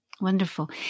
Wonderful